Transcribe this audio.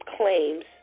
Claims